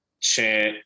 chant